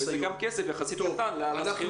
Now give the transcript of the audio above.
וזה גם כסף קטן יחסית לעומת השכירות של המקום.